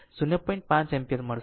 5 ampere મળશે